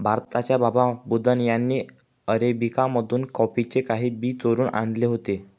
भारताच्या बाबा बुदन यांनी अरेबिका मधून कॉफीचे काही बी चोरून आणले होते